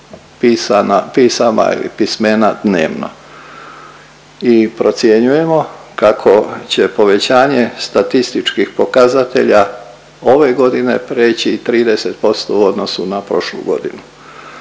pisama ili pismena dnevno i procjenjujemo kako će povećanje statističkih pokazatelja ove godine preći i 30% u odnosu na prošlu godinu.